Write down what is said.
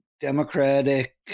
Democratic